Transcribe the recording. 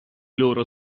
loro